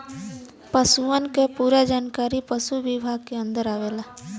पसुअन क पूरा जानकारी पसु विभाग के अन्दर आवला